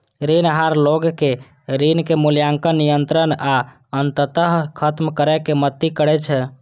ऋण आहार लोग कें ऋणक मूल्यांकन, नियंत्रण आ अंततः खत्म करै मे मदति करै छै